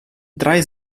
drei